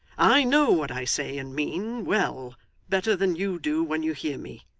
i know what i say and mean, well better than you do when you hear me.